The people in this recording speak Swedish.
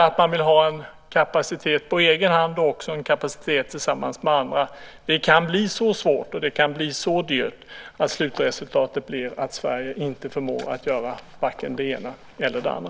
Att man vill ha en egen kapacitet och också en kapacitet tillsammans med andra kan dock bli så svårt och så dyrt att det resulterar i att Sverige inte förmår göra vare sig det ena eller det andra.